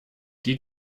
die